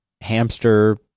hamster